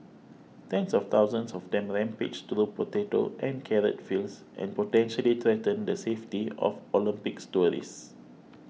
tens of thousands of them rampage through potato and carrot fields and potentially threaten the safety of Olympics tourists